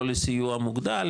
לא לסיוע מוגדל,